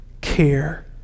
care